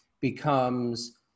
becomes